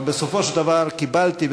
אבל בסופו של דבר קיבלתי,